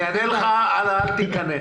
אל תקנא.